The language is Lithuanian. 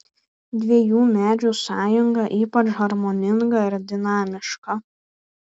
dviejų medžių sąjunga ypač harmoninga ir dinamiška